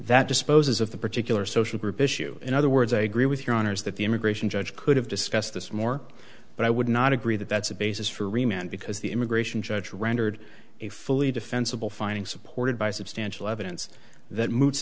that disposes of the particular social group issue in other words i agree with your honor's that the immigration judge could have discussed this more but i would not agree that that's a basis for remained because the immigration judge rendered a fully defensible finding supported by substantial evidence that moves